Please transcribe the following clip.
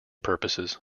purposes